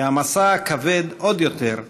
והמשא הכבד עוד יותר,